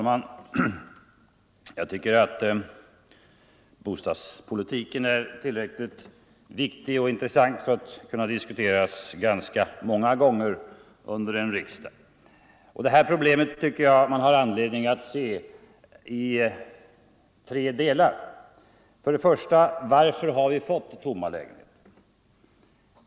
Fru talman! Det här problemet om hyresförlusterna har man anledning att dela upp i tre delar. För det första: Varför har vi fått tomma lägenheter?